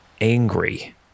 angry